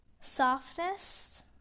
softness